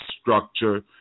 structure